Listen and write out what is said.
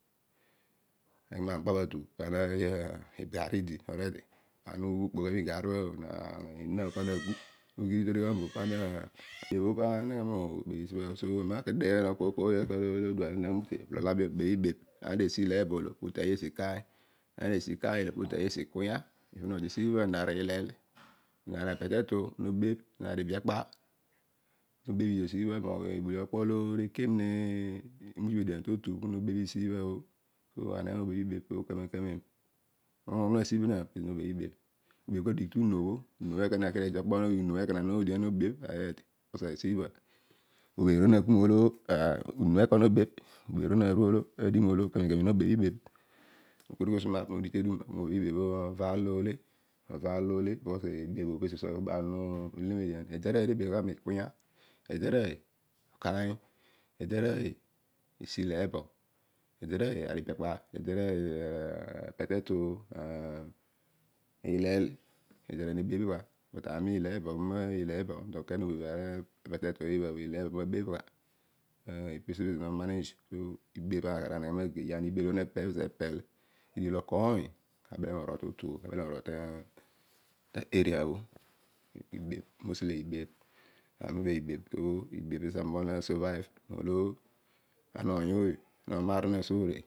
Ana aghi ma amukpabh atu. igami idi pana ukpo kuabe miigarri obho agu ibebh o pobho aneghe mobebh so ami na deghe nanogho kooy kooy mobebh ibebh. Ana esi ileebo oolo pu teiy esi ikannya. Esiibha na rilel. nana patato. nari ibiakpa bhe nobebhogh siibha okpo lo nekem ne nutiom edian to t pibha no bebh siibha. mo bebh ibebh odighi tu nu obho. unu obho ekana nobebh siibha. obeer o na dighi mo lo kamem kamem no bebh ibebh. Ezo bha ana ukodi usuma puno ki movaa aar olo ole na aar lo oliom edian ede aroiy ibebh gha mi ikunya. ede aroiy ileebo ede ibiakpa ede aroiy ilel. Ami ilebo po obho ami nabebh gha. ibebh ekar emeghe mageiyi nepel ikenya mo okoiy ami ubele morol totu. ta anea bho. ibebh po obhaan ubol na survive; so ana oniy ony no omar zina osore